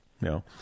No